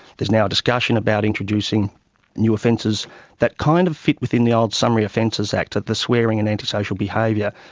there's now discussion about introducing new offences that kind of fit within the old summary offences act at the swearing and antisocial behaviour,